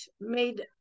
made